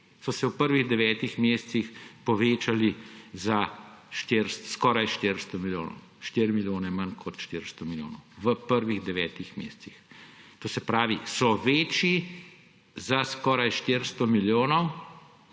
so se v prvih devetih mesecih povečali za skoraj 400 milijonov, 4 milijone manj kot 400 milijonov, v prvih devetih mesecih. To se pravi, so večji za skoraj 400 milijonov